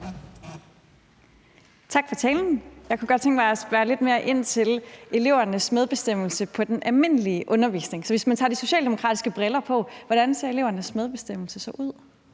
Tak for talen. Jeg kunne godt tænke mig at spørge lidt mere ind til elevernes medbestemmelse i den almindelige undervisning. Så hvis man tager de socialdemokratiske briller på, hvordan ser elevernes medbestemmelse så ud?